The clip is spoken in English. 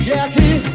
Jackie